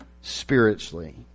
Spiritually